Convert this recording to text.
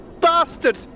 bastard